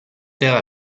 terre